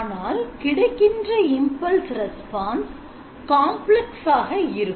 ஆனால் கிடைக்கின்ற impulse response complex ஆ க இருக்கும்